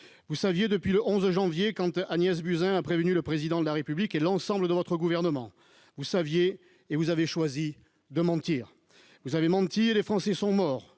Vous saviez, depuis le 11 janvier dernier, quand Agnès Buzyn a prévenu le Président de la République et l'ensemble de votre gouvernement. Vous saviez, et vous avez choisi de mentir. Vous avez menti, et des Français sont morts.